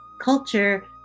culture